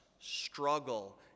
struggle